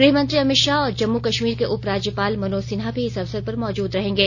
गृहमंत्री अमित शाह और जम्मू कश्मीर के उपराज्यपाल मनोज सिन्हा भी इस अवसर पर मौजूद रहेंगे